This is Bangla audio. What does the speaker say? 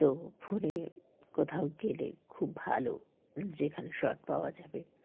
তো ফোনে কোথাও গেলে খুব ভালো যেখানে শট পাওয়া যাবে